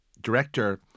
director